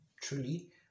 truly